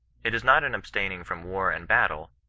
it is not in abstaining from war and battle,